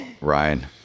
Ryan